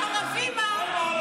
וערבים, מה?